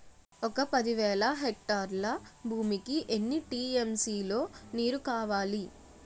ఒక పది వేల హెక్టార్ల భూమికి ఎన్ని టీ.ఎం.సీ లో నీరు కావాలి?